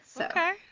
Okay